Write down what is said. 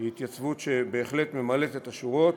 התייצבות שבהחלט ממלאת את השורות,